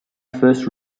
first